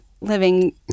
living